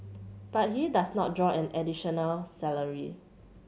but he does not draw an additional salary